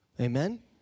Amen